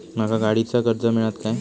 माका गाडीचा कर्ज मिळात काय?